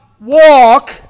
walk